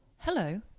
Hello